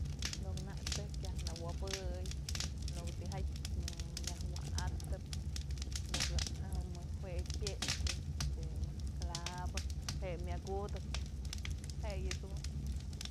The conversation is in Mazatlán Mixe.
Në ko'o nak tëjk yaj wobëy, në ko'o tijatyë myaj wa'atëp, në ko'o mëjk jue je'exyë este mëjk clavo, je'e myak judëp, je'e yëdun.